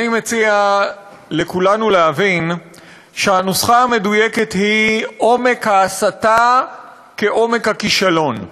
אני מציע לכולנו להבין שהנוסחה המדויקת היא: עומק ההסתה כעומק הכישלון.